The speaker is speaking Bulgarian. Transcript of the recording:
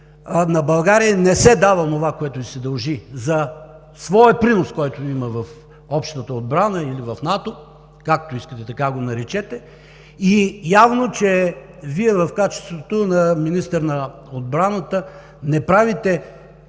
На България не се дава онова, което ѝ се дължи за своя принос, който има в общата отбрана или в НАТО, както искате, така го наречете, и явно, че Вие в качеството на министър на отбраната не правите